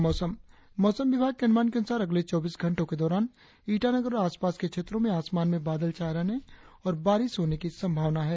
और अब मोसम मौसम विभाग के अनुमान के अनुसार अगले चौबीस घंटो के दौरान ईटानगर और आसपास के क्षेत्रो में आसमान में बादल छाये रहने और बारिश होने की संभावना है